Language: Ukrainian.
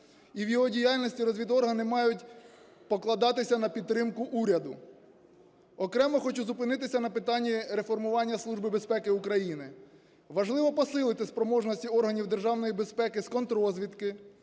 І в його діяльності розвідоргани мають покладатися на підтримку уряду. Окремо хочу зупинитися на питанні реформування Служби безпеки України. Важливо посилити спроможності органів державної безпеки з контррозвідки,